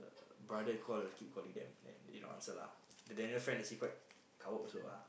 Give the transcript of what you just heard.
brother call keep calling them then they don't answer lah the Daniel friend actually quite coward also lah